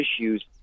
issues